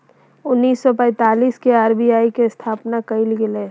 उन्नीस सौ पैंतीस के आर.बी.आई के स्थापना कइल गेलय